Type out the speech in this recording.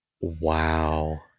wow